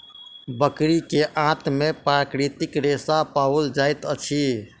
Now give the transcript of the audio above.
बकरी के आंत में प्राकृतिक रेशा पाओल जाइत अछि